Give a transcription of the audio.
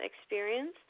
experience